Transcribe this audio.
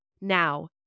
Now